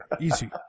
easy